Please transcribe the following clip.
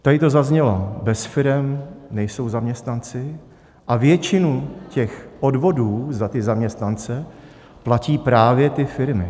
Tady to zaznělo, bez firem nejsou zaměstnanci a většinu odvodů za ty zaměstnance platí právě firmy.